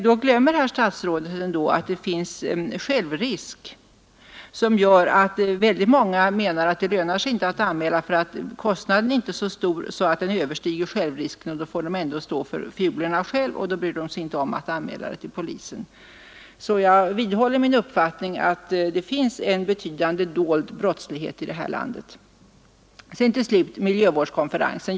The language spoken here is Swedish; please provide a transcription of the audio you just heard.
Då glömmer herr statsrådet att det finns självrisk som gör att många menar att det inte lönar sig att anmäla eftersom kostnaden inte är så stor att den överstiger självrisken, och då får man ändå stå för fiolerna själv. Därför bryr man sig inte om att göra polisanmälan. Jag vidhåller min uppfattning att det finns en betydande dold brottslighet i detta land. Till slut några ord om miljövårdskonferensen.